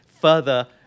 further